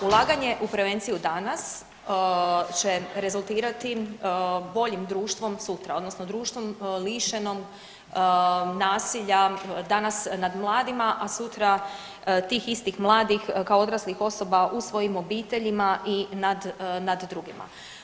Ulaganje u prevenciju danas će rezultirati boljim društvom sutra odnosno društvom lišenom nasilja danas nad mladima, a sutra tih istih mladih kao odraslih osoba u svojim obiteljima i nad, nad drugima.